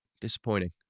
disappointing